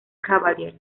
cavaliers